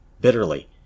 Bitterly